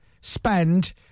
spend